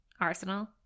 arsenal